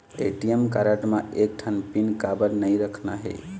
ATM card म एक ठन पिन काबर नई रखना हे?